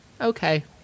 Okay